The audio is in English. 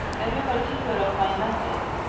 every particular of my method,